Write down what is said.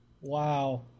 Wow